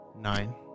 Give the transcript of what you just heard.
nine